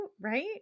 right